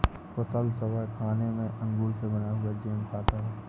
कुशल सुबह खाने में अंगूर से बना हुआ जैम खाता है